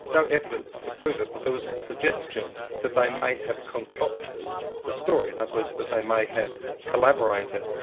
no evidence to prove it, but there was a suggestion that they may have concocted the story. in other words, that they may have collaborated.